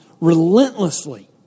Relentlessly